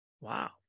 Wow